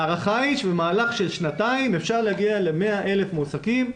ההערכה היא שבמהלך של שנתיים אפשר להגיע ל-100,000 מועסקים,